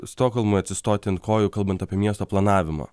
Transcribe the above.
stokholmui atsistoti ant kojų kalbant apie miesto planavimą